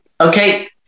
Okay